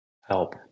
help